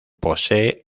posee